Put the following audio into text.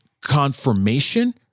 confirmation